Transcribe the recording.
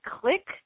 click